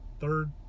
third